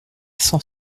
cent